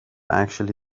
actually